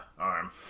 arm